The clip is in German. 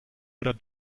oder